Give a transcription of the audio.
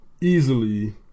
easily